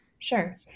Sure